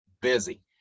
busy